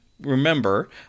remember